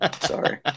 Sorry